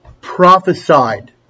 prophesied